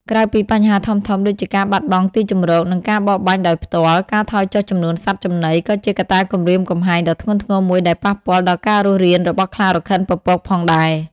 ក្រៅពីបញ្ហាធំៗដូចជាការបាត់បង់ទីជម្រក និងការបរបាញ់ដោយផ្ទាល់ ការថយចុះចំនួនសត្វចំណី ក៏ជាកត្តាគំរាមកំហែងដ៏ធ្ងន់ធ្ងរមួយដែលប៉ះពាល់ដល់ការរស់រានរបស់ខ្លារខិនពពក ផងដែរ។